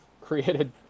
created